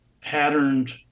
patterned